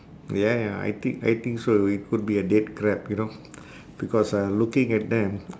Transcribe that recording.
ya ya I think I think so it could be a dead crab you know because uh looking at them